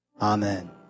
Amen